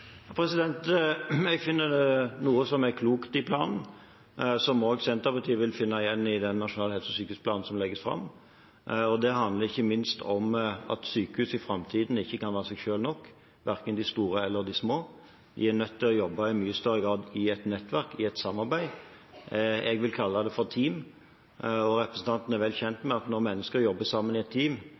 Jeg finner noe som er klokt i planen, som også Senterpartiet vil finne igjen i den nasjonale helse- og sykehusplanen som legges fram. Det handler ikke minst om at sykehus i framtiden ikke kan være seg selv nok, verken de store eller de små. De er nødt til å jobbe i mye større grad i et nettverk, i et samarbeid. Jeg vil kalle det for team. Og representanten er vel kjent med at når mennesker jobber sammen i et team,